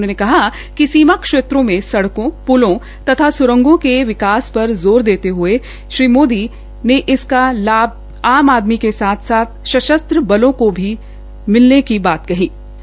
उन्होंने कहा कि सीमा क्षेत्रों में सड़कों पूलों तथा सुरंगों को विकास पर ज़ोर देते हये श्री मोदी ने कहा कि इस का लाभ आम आदमी के साथ साथ सशस्त्र बलों को भी मिल रहा है